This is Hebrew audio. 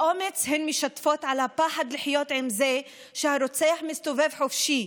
באומץ הן משתפות בפחד לחיות עם זה שהרוצח מסתובב חופשי,